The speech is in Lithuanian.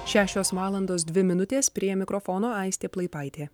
šešios valandos dvi minutės prie mikrofono aistė plaipaitė